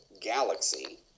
galaxy